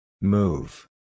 Move